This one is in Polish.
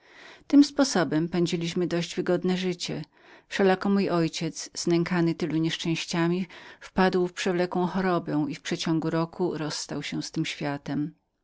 tym sposobem pędziliśmy dość wygodne życie wszelako mój ojciec znękany tylą nieszczęściami zapadł nagle w ciężką chorobę i w przeciągu roku rozstał się z tym światem